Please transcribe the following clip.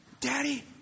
Daddy